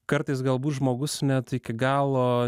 kartais galbūt žmogus net iki galo